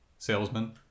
Salesman